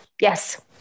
Yes